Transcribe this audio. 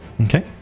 Okay